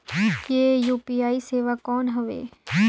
ये यू.पी.आई सेवा कौन हवे?